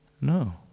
No